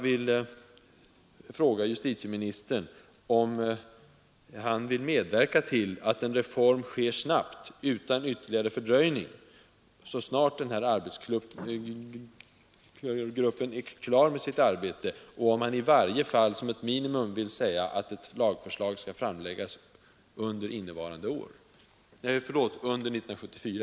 Vill justitieministern arbeta för att en reform sker snabbt och utan ytterligare fördröjning så snart arbetsgruppen är klar med sitt arbete? Kan statsrådet i varje fall som ett minimum uttala, att ett lagförslag kommer att framläggas under 1974?